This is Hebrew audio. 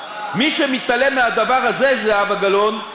מי שמתעלם מהדבר הזה, זהבה גלאון,